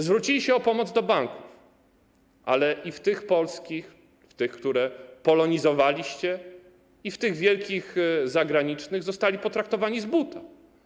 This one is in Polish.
Zwrócili się o pomoc do banków, ale i w tych polskich, w tych, które polonizowaliście, i w tych wielkich zagranicznych zostali potraktowani z buta.